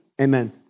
Amen